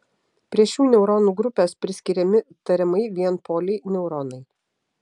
prie šių neuronų grupės priskiriami tariamai vienpoliai neuronai